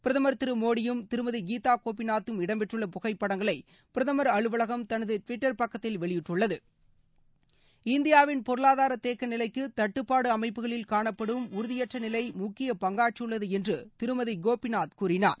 பிரதமர் திரு மோடியும் திருமதி கீதா கோபிநாத்தும் இடம்பெற்றுள்ள புகைப்படங்களை பிரதமர் அலுவலகம் தனது டிவிட்டர் பக்கத்தில் வெளியிட்டது இந்தியாவின் பொருளாதார தேக்க நிலைக்கு தட்டுப்பாடு அமைப்புகளில் காணப்படும் உறுதியற்ற நிலை முக்கிய பங்காற்றியுள்ளது என்று திருமதி கோபிநாத் கூறினார்